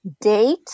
Date